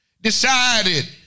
decided